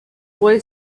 boy